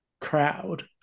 crowd